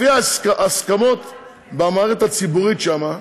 לפי ההסכמות במערכת הציבורית שם,